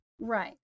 Right